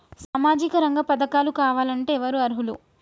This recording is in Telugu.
సామాజిక రంగ పథకాలు కావాలంటే ఎవరు అర్హులు?